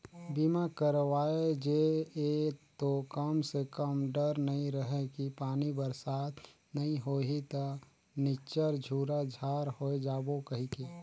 बीमा करवाय जे ये तो कम से कम डर नइ रहें कि पानी बरसात नइ होही त निच्चर झूरा झार होय जाबो कहिके